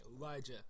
Elijah